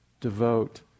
devote